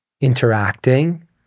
interacting